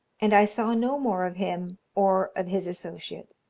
and i saw no more of him or of his associate.